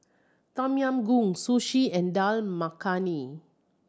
Tom Yam Goong Sushi and Dal Makhani